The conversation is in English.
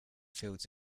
fields